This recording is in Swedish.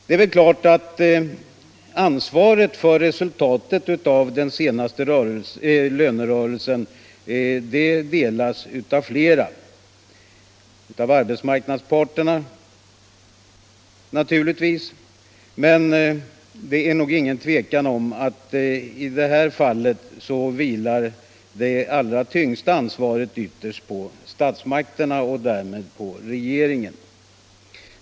Det är klart att ansvaret för resultatet av den senaste lönerörelsen delas av flera — bl.a. av arbetsmarknadsparterna — men det är väl ingen tvekan om att det allra tyngsta ansvaret i det här fallet ytterst vilar på statsmakterna och därmed på regeringen.